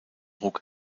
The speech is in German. ruck